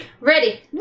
Ready